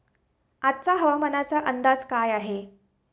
आजचा हवामानाचा अंदाज काय आहे?